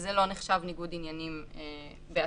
וזה לא נחשב ניגוד עניינים בעצמו.